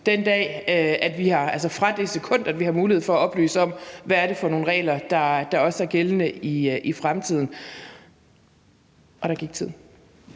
fra det sekund vi har mulighed for at oplyse om, hvad det er for nogle regler, der er gældende i fremtiden. Kl. 13:57 Den